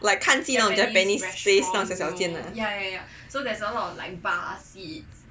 like 看戏那种 japanese place 小小间的